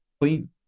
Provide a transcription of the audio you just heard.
clean